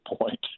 point